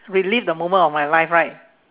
relive the moment of my life right